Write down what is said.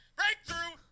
breakthrough